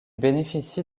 bénéficie